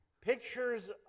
Pictures